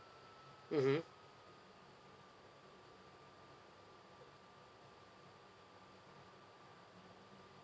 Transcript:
mmhmm